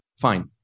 Fine